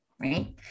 Right